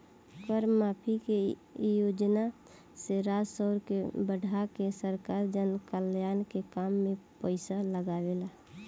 कर माफी के योजना से राजस्व के बढ़ा के सरकार जनकल्याण के काम में पईसा लागावेला